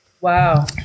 Wow